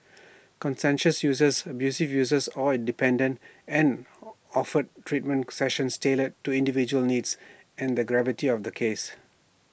conscientious user abusive user or dependent and offered treatment sessions tailored to individual needs and the gravity of the case